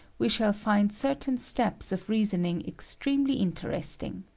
we shall find certain steps of reasoning extremely interesting.